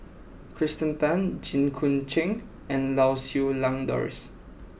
Kirsten Tan Jit Koon Ch'ng and Lau Siew Lang Doris